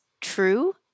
true